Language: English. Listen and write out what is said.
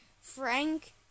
Frank